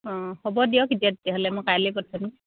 অঁ হ'ব দিয়ক তেতিয়া তেতিয়াহ'লে মই কাইলৈ পঠিয়াই দিম